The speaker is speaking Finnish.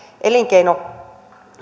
elinkeino